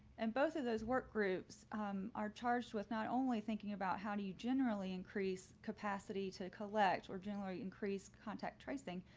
and both of those work groups are charged with not only thinking about how do you generally increase capacity to collect or generate increased contact tracing?